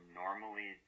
normally